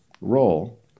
role